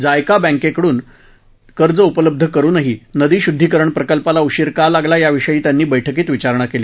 JICA बँकेकडून कर्ज उपलब्ध करूनही नदी शुद्धीकरण प्रकल्पाला उशीर का लागला याविषयी त्यांनी बैठकीत विचारणा केली